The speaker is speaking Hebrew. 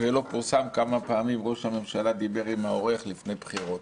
ובטלוויזיה ב-60 ימים שלפני הבחירות.